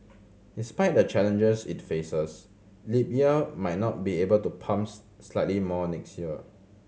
despite the challenges it faces Libya might not be able to pump slightly more next year